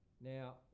Now